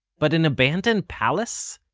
but an abandoned palace?